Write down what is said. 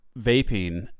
vaping